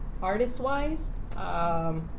Artist-wise